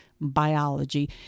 Biology